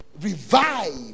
revive